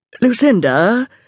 Lucinda